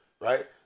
right